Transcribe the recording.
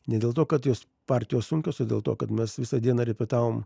ne dėl to kad jos partijos sunkios o dėl to kad mes visą dieną repetavom